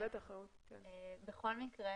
בכל מקרה